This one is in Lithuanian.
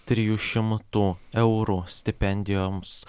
trijų šimtų eurų stipendijoms